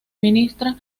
ministra